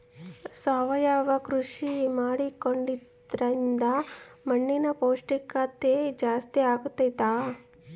ಸಾವಯವ ಕೃಷಿ ಮಾಡೋದ್ರಿಂದ ಮಣ್ಣಿನ ಪೌಷ್ಠಿಕತೆ ಜಾಸ್ತಿ ಆಗ್ತೈತಾ?